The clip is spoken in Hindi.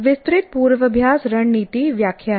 विस्तृत पूर्वाभ्यास रणनीति व्याख्या है